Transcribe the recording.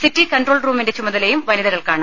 city control റൂമിന്റെ ചുമതലയും വനിതകൾക്കാണ്